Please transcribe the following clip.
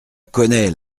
connaît